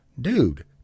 Dude